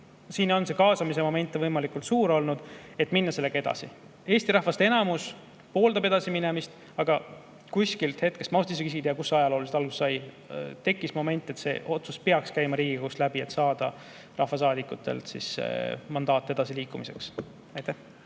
istung. Kaasamise moment on võimalikult suur olnud, et minna sellega edasi. Eesti rahva enamus pooldab edasiminemist, aga kuskilt – ma isegi ei tea, kust see ajalooliselt alguse sai – tekkis moment, et see otsus peaks käima Riigikogust läbi, et saada rahvasaadikutelt mandaat edasiliikumiseks.